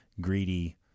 greedy